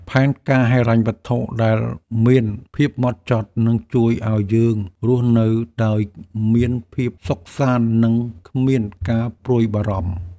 ផែនការហិរញ្ញវត្ថុដែលមានភាពម៉ត់ចត់ នឹងជួយឱ្យយើងរស់នៅដោយមានភាពសុខសាន្ត និងគ្មានការព្រួយបារម្ភ។